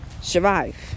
survive